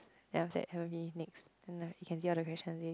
then after that haven't finish next and then you can hear the question